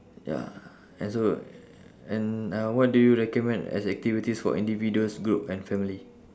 ya and so and uh what do you recommend as activities for individuals group and family